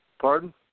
Pardon